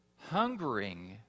hungering